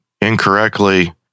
incorrectly